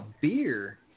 beer